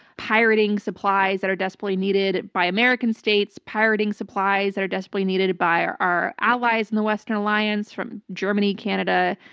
pirating supplies that are desperately needed by american states, pirating supplies that are desperately needed by our allies in the western alliance, from germany, canada,